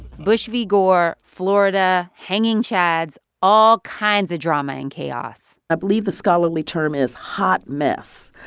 bush v. gore, florida, hanging chads all kinds of drama and chaos i believe the scholarly term is hot mess.